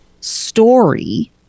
story